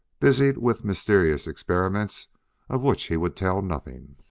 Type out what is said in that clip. busied with mysterious experiments of which he would tell nothing.